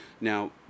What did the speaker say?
Now